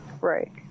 Right